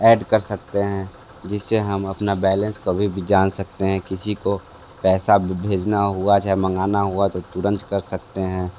add कर सकते हैं जिस से हम अपना बैलेंस कभी भी जान सकते हैं किसी को पैसा भी भेजना हुआ चहे मंगाना हुआ तो तुरंत कर सकते हैं